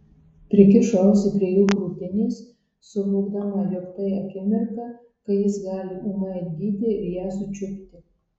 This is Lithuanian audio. prikišo ausį prie jo krūtinės suvokdama jog tai akimirka kai jis gali ūmai atgyti ir ją sučiupti